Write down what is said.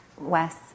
Wes